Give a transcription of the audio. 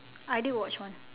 I did watch one